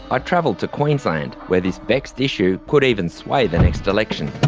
i travelled to queensland, where this vexed issue could even sway the next election.